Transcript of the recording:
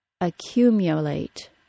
accumulate